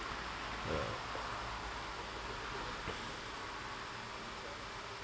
ya